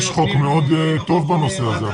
א.ש: יש חוק מאוד טוב בנושא הזה,